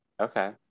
okay